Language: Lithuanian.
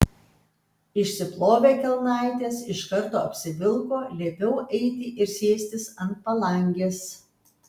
išsiplovė kelnaites iš karto apsivilko liepiau eiti ir sėstis ant palangės